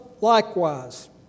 likewise